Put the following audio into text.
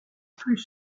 plus